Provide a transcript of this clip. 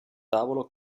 tavolo